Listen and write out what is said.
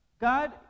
God